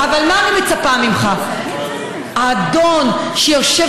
אבל מה אני מצפה ממך, האדון שיושב